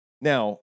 Now